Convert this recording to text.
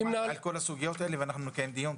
שמעתי על כל הסוגיות הללו ואנחנו נקיים דיון.